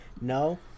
No